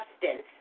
substance